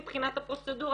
מבחינת הפרוצדורה,